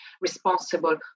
responsible